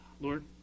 Lord